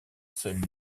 seul